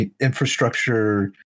infrastructure